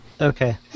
Okay